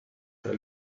tra